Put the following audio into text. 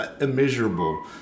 immeasurable